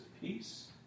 peace